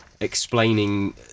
explaining